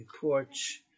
porch